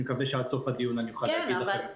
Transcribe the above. אני מקווה שעד סוף הדיון אני אוכל לתת לכם תשובה.